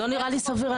לא נראה לי סביר.